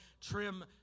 trim